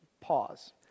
Pause